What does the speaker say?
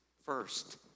first